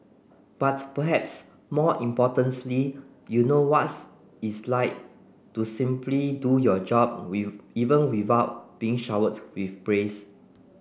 but perhaps more importantly you know what's it's like to simply do your job even without being showered with praise